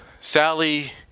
Sally